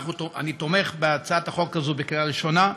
אני תומך בהצעת החוק הזאת בקריאה ראשונה,